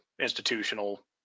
institutional